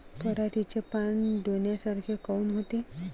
पराटीचे पानं डोन्यासारखे काऊन होते?